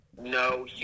No